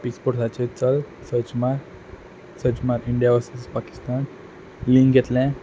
epics स्पोर्ट्साचे चल search मार सर्च मार इंडिया वर्सीस पाकिस्तान लींक घेतलें